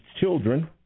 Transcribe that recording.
children